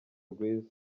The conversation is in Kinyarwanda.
rwiza